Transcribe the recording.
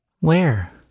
Where